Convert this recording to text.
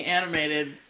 animated